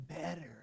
better